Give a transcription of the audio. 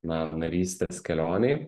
na narystės kelionei